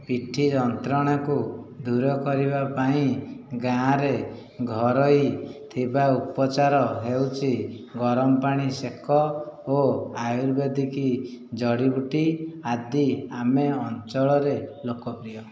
ଓ ପିଠି ଯନ୍ତ୍ରଣାକୁ ଦୂର କରିବା ପାଇଁ ଗାଁରେ ଘରୋଇ ଥିବା ଉପଚାର ହେଉଛି ଗରମ ପାଣି ସେକ ଓ ଆୟୁର୍ବେଦିକ ଜଡ଼ିବୁଟି ଆଦି ଆମ ଅଞ୍ଚଳରେ ଲୋକପ୍ରିୟ